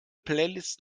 playlists